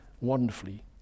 wonderfully